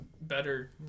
better